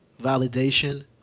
validation